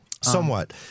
Somewhat